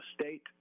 state